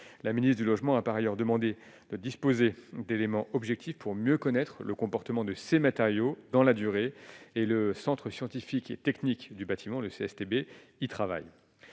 la ministre du Logement a par ailleurs demandé de disposer d'éléments objectifs pour mieux connaître le comportement de ces matériaux dans la durée et le Centre scientifique et technique du bâtiment, le CSTB, il travaille,